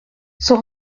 sus